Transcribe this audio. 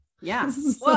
yes